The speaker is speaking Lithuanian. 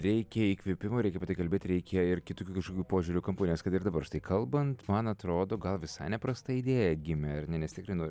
reikia įkvėpimo reikia apie tai kalbėt reikia ir kitokių kažkokių požiūrio kampų nes kad ir dabar štai kalbant man atrodo gal visai neprasta idėja gimė ar ne nes tikrai nu